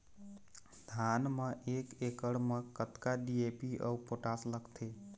धान म एक एकड़ म कतका डी.ए.पी अऊ पोटास लगथे?